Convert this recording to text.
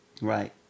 Right